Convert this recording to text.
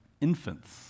infants